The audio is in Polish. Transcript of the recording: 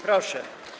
Proszę.